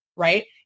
right